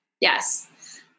yes